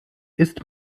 ist